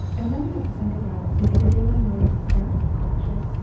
and then you have to think about if you're dealing with arab culture,